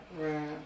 right